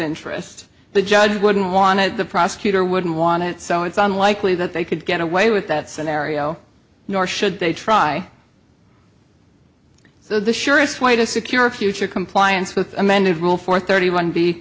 interest the judge wouldn't want to the prosecutor wouldn't want it so it's unlikely that they could get away with that scenario nor should they try so the surest way to secure a future compliance with amended rule four thirty one b